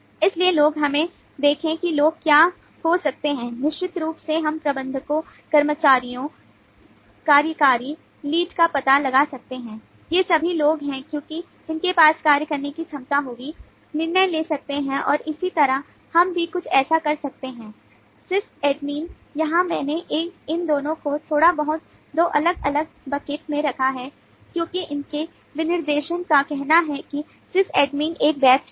इसलिए लोग हमें देखें कि लोग क्या हो सकते हैं और निश्चित रूप से हम प्रबंधकों कर्मचारियों कार्यकारी लीड है